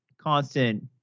constant